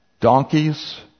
donkeys